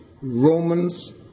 Romans